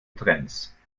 trends